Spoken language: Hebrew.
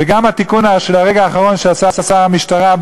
וגם התיקון של הרגע האחרון שעשה שר המשטרה,